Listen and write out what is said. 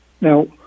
Now